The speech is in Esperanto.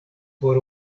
por